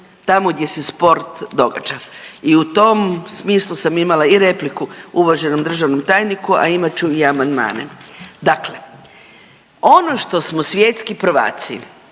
tamo gdje se sport događa i u tom smislu sam imala i repliku uvaženom državnom tajniku, a imat ću i amandmane. Dakle, ono što smo svjetski prvaci